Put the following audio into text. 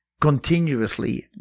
continuously